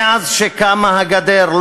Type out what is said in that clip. מאז קמה הגדר,